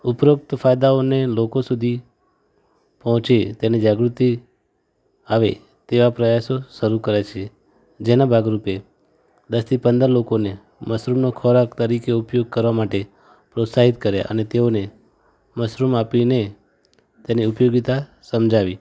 ઉપરોક્ત ફાયદાઓને લોકો સુધી પહોંચે તેની જાગૃતિ આવે તેવાં પ્રયાસો શરૂ કર્યા છે જેના ભાગરૂપે દસથી પંદર લોકોને મશરૂમનો ખોરાક તરીકે ઉપયોગ કરવા માટે પ્રોત્સાહિત કર્યા અને તેઓને મશરૂમ આપીને તેની ઉપયોગીતા સમજાવી